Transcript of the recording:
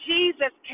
Jesus